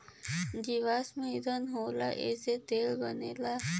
जीवाश्म ईधन होला एसे तेल बनला